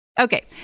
Okay